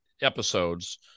episodes